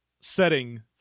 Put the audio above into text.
setting